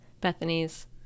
Bethany's